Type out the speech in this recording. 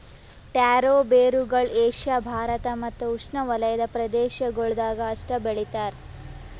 taro ಬೇರುಗೊಳ್ Asia Bharat ಮತ್ತ್ ಉಷ್ಣೆವಲಯದ ಪ್ರದೇಶಗೊಳ್ದಾಗ್ ಅಷ್ಟೆ ಬೆಳಿತಾರ್